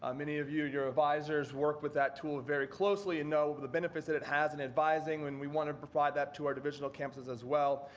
um many of you, your advisors worked with the tool very closely and know the benefits that it has in advising and we want to provide that to our divisional campuses as well,